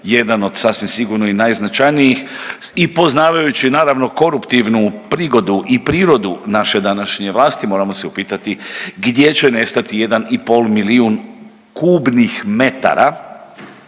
jedan od sasvim sigurno i najznačajnijih, i poznavajući, naravno, koruptivnu prigodu i prirodu naše današnje vlasti, moramo se upitati gdje će nestati 1,5 milijun kubnih metara,